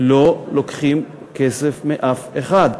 לא לוקחים כסף מאף אחד.